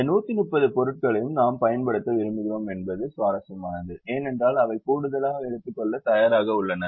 இந்த 130 பொருட்களையும் நாம் பயன்படுத்த விரும்புகிறோம் என்பதும் சுவாரஸ்யமானது ஏனென்றால் அவை கூடுதல் எடுத்துக்கொள்ள தயாராக உள்ளன